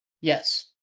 Yes